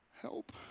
Help